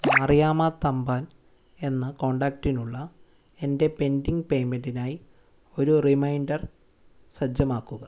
മറിയാമ്മ തമ്പാൻ എന്ന കോൺടാക്റ്റിലുള്ള എൻ്റെ പെൻഡിംഗ് പേയ്മെൻറ്റിനായി ഒരു റിമൈൻഡർ സജ്ജമാക്കുക